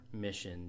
mission